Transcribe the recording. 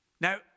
Now